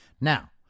Now